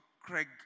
Craig